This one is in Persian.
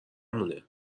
مونه